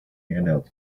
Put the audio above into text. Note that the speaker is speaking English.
handheld